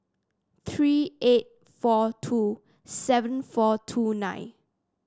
three eight four two seven four two nine